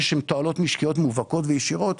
שהן תועלות משקיות מובהקות וישירות.